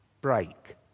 break